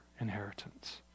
inheritance